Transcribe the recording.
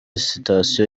sitasiyo